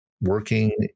working